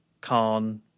Khan